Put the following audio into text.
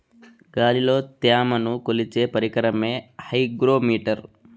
గాలిలో త్యమను కొలిచే పరికరమే హైగ్రో మిటర్